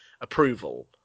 approval